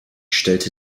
stellte